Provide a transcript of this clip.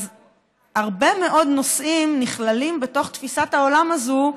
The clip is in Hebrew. אז הרבה מאוד נושאים נכללים בתוך תפיסת העולם הזאת,